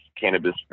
cannabis